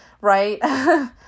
right